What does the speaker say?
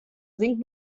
singt